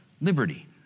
liberty